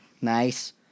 nice